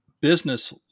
business